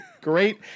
great